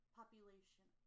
population